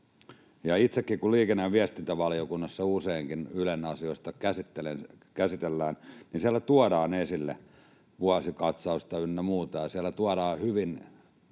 itsekin olen liikenne- ja viestintävaliokunnassa ja siellä useinkin Ylen asioita käsitellään, niin siellä tuodaan esille vuosikatsausta ynnä muuta, ja siellä tuodaan hyvin